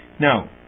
Now